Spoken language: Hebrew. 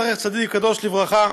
זכר צדיק וקדוש לברכה.